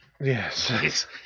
Yes